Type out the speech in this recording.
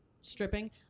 stripping